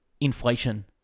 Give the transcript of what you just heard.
inflation